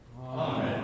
Amen